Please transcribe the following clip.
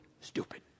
stupid